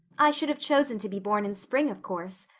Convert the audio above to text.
i should have chosen to be born in spring, of course.